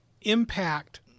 impact